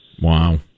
Wow